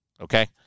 Okay